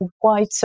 white